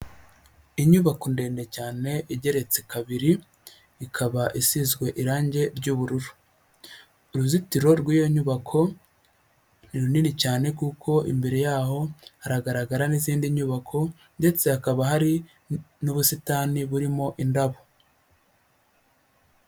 Inyubako ndende cyane igeretse kabiri ikaba isizwe irangi ry'ubururu, uruzitiro rw'iyo nyubako nii runini cyane kuko imbere yaho haragaragara n'izindi nyubako, ndetse hakaba hari n'ubusitani burimo indabo.